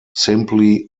simply